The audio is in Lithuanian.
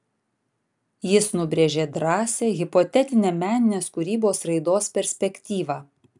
jis nubrėžė drąsią hipotetinę meninės kūrybos raidos perspektyvą